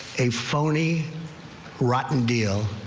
a phony rotten deal.